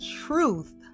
truth